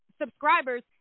subscribers